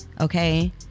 Okay